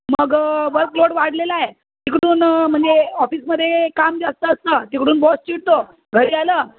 मग workload वाढलेला आहे तिकडून म्हणजे ऑफिसमध्ये काम जास्त असतं तिकडून बॉस चिडतो घरी आलं